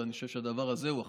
ואני חושב שהדבר הזה הוא החשוב: